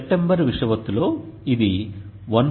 September విషువత్తులో ఇది 1